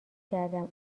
کردم